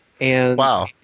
Wow